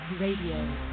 Radio